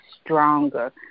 stronger